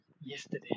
yesterday